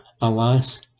Alas